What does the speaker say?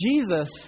Jesus